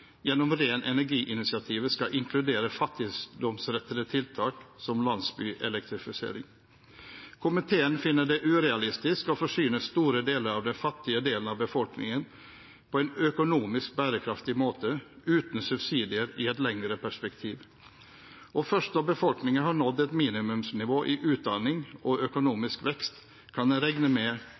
gjennom ren energi-initiativet skal inkludere fattigdomsrettede tiltak som landsbyelektrifisering. Komiteen finner det urealistisk å forsyne store deler av den fattige delen av befolkningen på en økonomisk bærekraftig måte uten subsidier i et lengre perspektiv. Først når befolkningen har nådd et minimumsnivå i utdanning og økonomisk vekst, kan en regne med